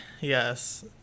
Yes